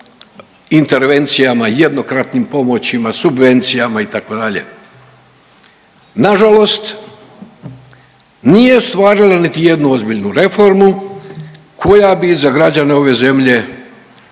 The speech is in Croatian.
intervencijama jednokratnim pomoćima, subvencijama itd. Na žalost, nije ostvarila niti jednu ozbiljnu reformu koja bi za građane ove zemlje,